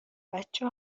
بچه